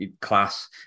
class